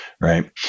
right